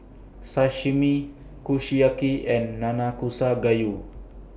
Sashimi Kushiyaki and Nanakusa Gayu